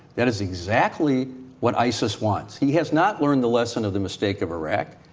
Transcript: that is exactly what isis wants. he has not learned the lesson of the mistake of iraq,